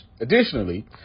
Additionally